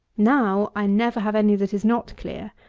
now i never have any that is not clear.